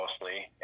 mostly